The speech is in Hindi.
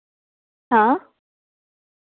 हाँ